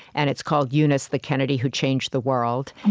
and it's called eunice the kennedy who changed the world.